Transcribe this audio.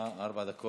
בבקשה, ארבע דקות.